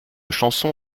chansons